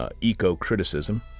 eco-criticism